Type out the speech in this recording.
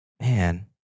man